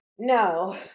No